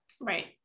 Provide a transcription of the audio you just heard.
Right